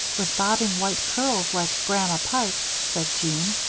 with bobbing white curls like grandma pike, said jean,